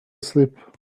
asleep